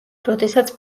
როდესაც